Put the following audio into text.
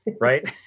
right